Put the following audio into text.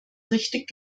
richtig